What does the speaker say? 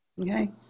okay